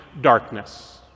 darkness